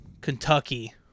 Kentucky